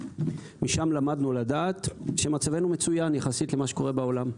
משם למדנו לדעת שמצבנו מצוין יחסית למה שקורה בעולם.